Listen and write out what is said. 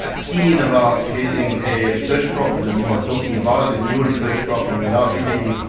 ah keen about creating a research problem or talking about a new research problem without really